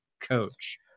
coach